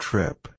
Trip